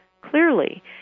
clearly